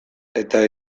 eta